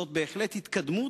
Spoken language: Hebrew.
זאת בהחלט התקדמות,